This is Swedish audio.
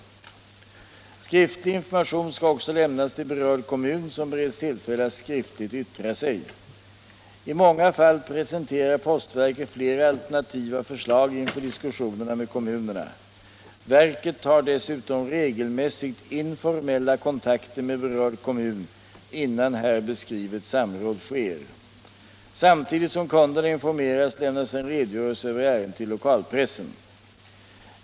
Skriftlig information skall också lämnas till berörd kommun, som bereds tillfälle att skriftligt yttra sig. I många fall presenterar postverket flera alternativa förslag inför diskussionerna med kommunerna. Verket tar dessutom regelmässigt informella kontakter med berörd kommun innan här beskrivet samråd sker. Samtidigt som kunderna informeras lämnas en redogörelse över ärendet till lokalpressen.